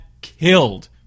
killed